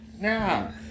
Now